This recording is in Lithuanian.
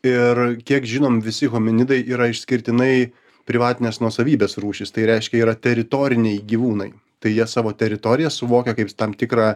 ir kiek žinom visi hominidai yra išskirtinai privatinės nuosavybės rūšys tai reiškia yra teritoriniai gyvūnai tai jie savo teritoriją suvokia kaip tam tikrą